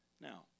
Now